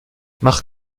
mach